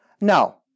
No